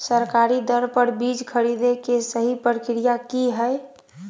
सरकारी दर पर बीज खरीदें के सही प्रक्रिया की हय?